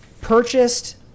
purchased